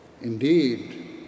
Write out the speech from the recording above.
Indeed